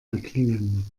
erklingen